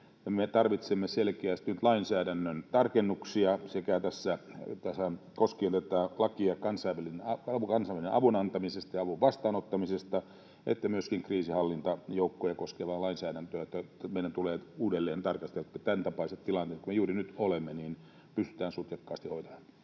Me tarvitsemme selkeästi lainsäädännön tarkennuksia koskien tätä lakia kansainvälisen avun antamisesta ja vastaanottamisesta, ja myöskin kriisinhallintajoukkoja koskevaa lainsäädäntöä meidän tulee uudelleen tarkastella, jotta tämäntapaiset tilanteet, missä me juuri nyt olemme, pystytään hoitamaan